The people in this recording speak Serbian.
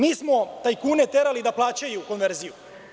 Mi smo tajkune terali da plaćaju konverziju.